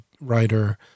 writer